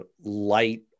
light